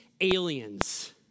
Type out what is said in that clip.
aliens